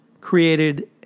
created